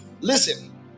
listen